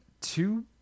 two